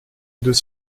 deux